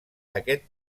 aquest